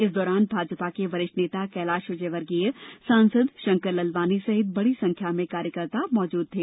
इस दौरान भाजपा के वरिष्ठ नेता कैलाश विजयवर्गीय सासंद शंकर लालवानी सहित बड़ी संख्या में कार्यकर्ता मौजूद थे